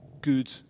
good